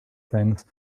things